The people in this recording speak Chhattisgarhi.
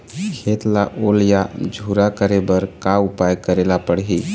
खेत ला ओल या झुरा करे बर का उपाय करेला पड़ही?